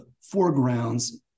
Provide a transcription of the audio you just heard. foregrounds